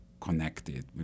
Connected